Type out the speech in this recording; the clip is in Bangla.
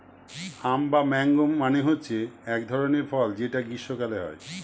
আম বা ম্যাংগো মানে হচ্ছে এক ধরনের ফল যেটা গ্রীস্মকালে হয়